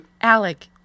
Alec